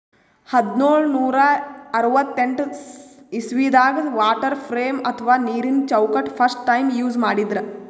ಹದ್ದ್ನೋಳ್ ನೂರಾ ಅರವತ್ತೆಂಟ್ ಇಸವಿದಾಗ್ ವಾಟರ್ ಫ್ರೇಮ್ ಅಥವಾ ನೀರಿನ ಚೌಕಟ್ಟ್ ಫಸ್ಟ್ ಟೈಮ್ ಯೂಸ್ ಮಾಡಿದ್ರ್